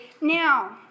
Now